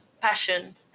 passion